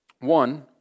One